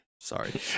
Sorry